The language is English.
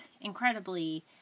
incredibly